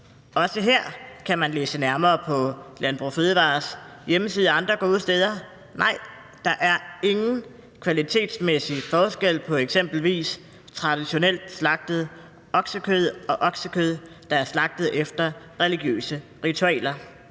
Også her kan man læse nærmere på Landbrug & Fødevarers hjemmeside og andre gode steder. Nej, der er ingen kvalitetsmæssig forskel på eksempelvis oksekød fra traditionelt slagtede dyr og oksekød fra dyr, der er slagtet efter religiøse ritualer,